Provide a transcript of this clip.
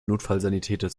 notfallsanitäter